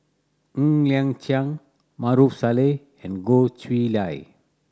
Ng Liang Chiang Maarof Salleh and Goh Chiew Lye